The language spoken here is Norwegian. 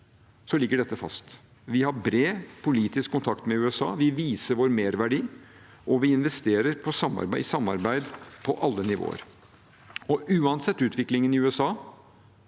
ligger dette fast. Vi har bred politisk kontakt med USA, vi viser vår merverdi, og vi investerer i samarbeid på alle nivåer. Uansett utviklingen i USA